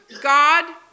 God